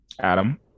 Adam